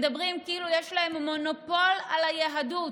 מדברים כאילו יש להם מונופול על היהדות.